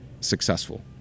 successful